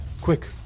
Quick